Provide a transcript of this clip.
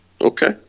okay